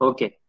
Okay